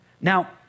Now